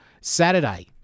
Saturday